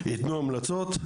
ייתנו המלצות,